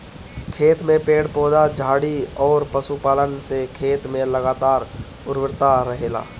खेत में पेड़ पौधा, झाड़ी अउरी पशुपालन से खेत में लगातार उर्वरता रहेला